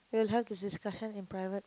we'll have this discussion in private